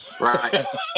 right